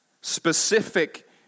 specific